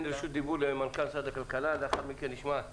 נשמע את מנכ"ל משרד הכלכלה ולאחר מכן נשמע את